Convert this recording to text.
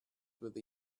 with